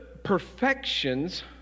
perfections